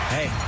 Hey